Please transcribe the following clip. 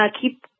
Keep